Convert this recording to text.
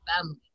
family